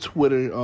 Twitter